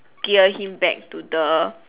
gear him back to the